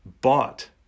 bought